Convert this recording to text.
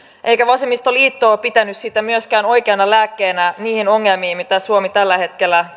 eikä vasemmistoliitto ole pitänyt sitä myöskään oikeana lääkkeenä niihin ongelmiin joista suomi tällä hetkellä